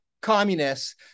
communists